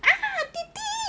ah 弟弟